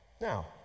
Now